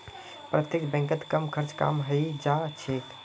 प्रत्यक्ष बैंकत कम खर्चत काम हइ जा छेक